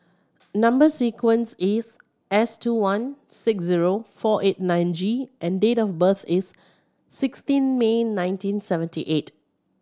number sequence is S two one six zero four eight nine G and date of birth is sixteen May nineteen seventy eight